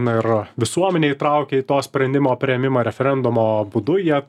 na ir visuomenę įtraukia į to sprendimo priėmimą referendumo būdu jie